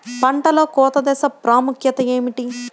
పంటలో కోత దశ ప్రాముఖ్యత ఏమిటి?